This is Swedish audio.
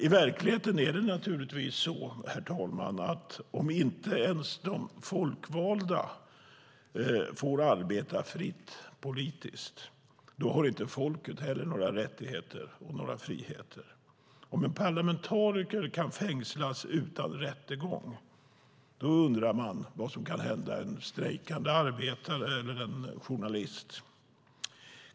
I verkligheten är det naturligtvis så, herr talman, att om inte ens de folkvalda får arbeta fritt politiskt har inte heller folket några rättigheter och friheter. Om en parlamentariker kan fängslas utan rättegång undrar man vad som kan hända en strejkande arbetare eller en journalist.